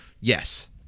yes